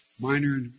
minor